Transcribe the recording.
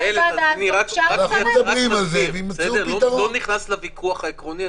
אני לא נכנס לוויכוח העקרוני.